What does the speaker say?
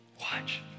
Watch